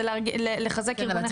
זה מחזק.